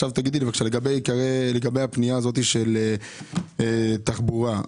לגבי הפנייה הזאת של תחבורה.